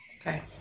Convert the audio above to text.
Okay